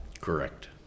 Correct